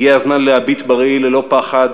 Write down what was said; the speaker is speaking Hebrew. הגיע הזמן להביט בראי ללא פחד